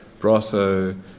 brasso